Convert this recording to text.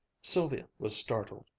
sylvia was startled.